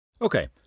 Okay